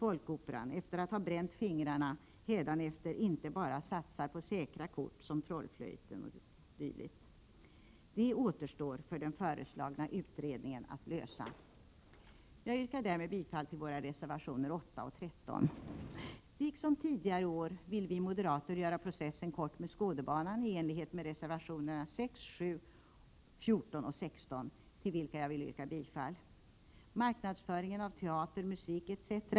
Folkoperan efter att ha bränt fingrarna hädanefter inte bara satsar på säkra kort — Trollflöjten o.d.? Det återstår för den föreslagna utredningen att lösa. Jag yrkar därmed bifall till våra reservationer 8 och 13. Liksom tidigare år vill vi moderater göra processen kort med Skådebanan i enlighet med reservationerna 6, 7, 14 och 16, till vilka jag yrkar bifall. Marknadsföringen av teater, musik etc.